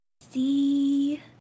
See